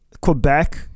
Quebec